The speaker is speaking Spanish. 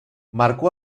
marcó